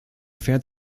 fährt